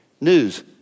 News